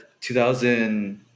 2000